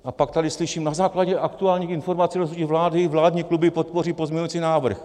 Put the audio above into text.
A pak tady slyším, na základě aktuální informace o rozhodnutí vlády vládní kluby podpoří pozměňovací návrh.